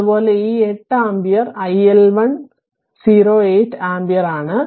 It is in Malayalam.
അതുപോലെ ഈ 8 ആമ്പിയർ iL108 ആമ്പിയർ ആണ്